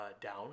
down